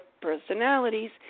personalities